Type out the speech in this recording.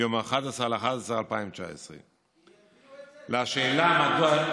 ביום 11 בנובמבר 2019. כי הביאו את זה לסדר-היום הציבורי.